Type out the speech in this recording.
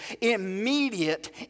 immediate